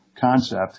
concept